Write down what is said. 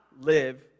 live